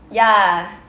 ya